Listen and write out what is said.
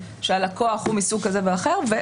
שהלקוח הוא מסוג כזה ואחר.